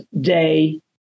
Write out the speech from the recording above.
day